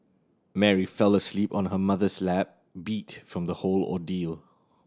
Mary fell asleep on her mother's lap beat from the whole ordeal